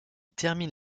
termine